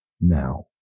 now